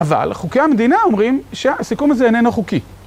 אבל חוקי המדינה אומרים שהסיכום הזה איננו חוקי.